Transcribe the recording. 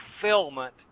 fulfillment